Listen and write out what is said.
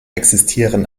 existieren